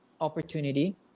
opportunity